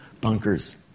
bunkers